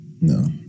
No